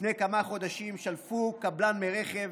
לפני כמה חודשים שלפו קבלן מרכב,